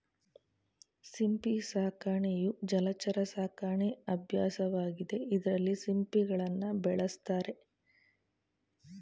ಸಿಂಪಿ ಸಾಕಾಣಿಕೆಯು ಜಲಚರ ಸಾಕಣೆ ಅಭ್ಯಾಸವಾಗಿದೆ ಇದ್ರಲ್ಲಿ ಸಿಂಪಿಗಳನ್ನ ಬೆಳೆಸ್ತಾರೆ